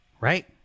Right